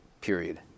period